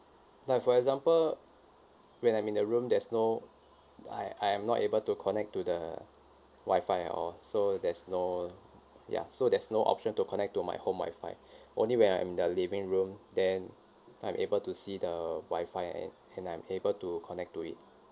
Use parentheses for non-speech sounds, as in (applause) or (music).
like for example when I'm in the room there's no I I am not able to connect to the wi-fi at all so there's no ya so there's no option to connect to my home wi-fi (breath) only when I'm in the living room then I'm able to see the wi-fi and and I'm able to connect to it